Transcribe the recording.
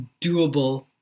doable